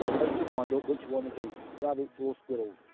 and make your mind up what you want to do rabbits or squirrels.